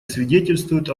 свидетельствуют